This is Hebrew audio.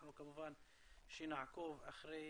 אנחנו כמובן שנעקוב אחרי